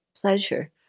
pleasure